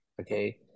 okay